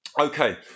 Okay